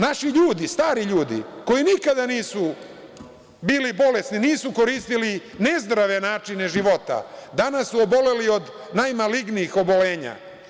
Naši ljudi, stari ljudi koji nikada nisu bili bolesni, nisu koristili nezdrave načine života, danas su oboleli od najmalignijih oboljenja.